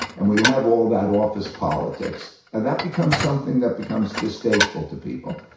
and when you have all that office politics, and that becomes something that becomes distasteful to people.